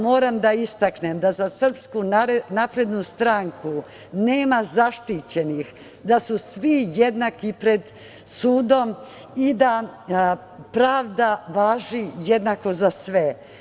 Moram da istaknem da za SNS nema zaštićenih, da su svi jednaki pred sudom i da pravda važi jednako za sve.